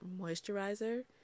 moisturizer